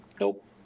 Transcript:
nope